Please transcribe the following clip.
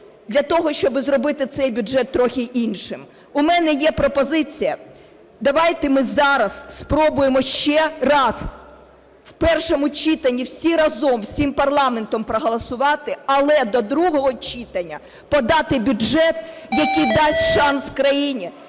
для того, щоби зробити цей бюджет трохи іншим. У мене є пропозиція. Давайте ми зараз спробуємо ще раз в першому читанні всі разом всім парламентом проголосувати. Але до другого читання подати бюджет, який дасть шанс країні,